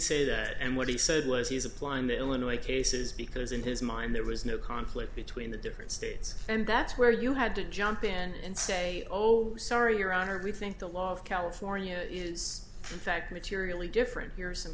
say that and what he said was he is applying the illinois cases because in his mind there was no conflict between the different states and that's where you had to jump in and say oh sorry your honor we think the law of california is in fact materially different here some